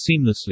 seamlessly